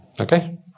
Okay